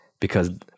because-